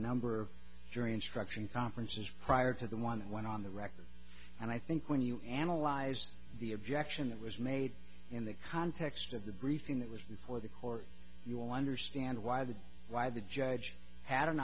number jury instruction conferences prior to the one that went on the record and i think when you analyzed the objection that was made in the context of the briefing that was before the court you will understand why the why the judge had an